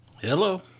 Hello